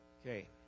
Okay